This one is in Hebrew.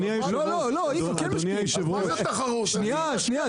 אז מה זה תחרות?